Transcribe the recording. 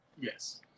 Yes